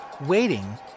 waiting